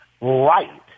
right